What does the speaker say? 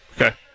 Okay